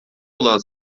olan